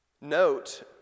Note